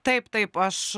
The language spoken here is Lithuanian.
taip taip aš